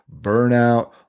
burnout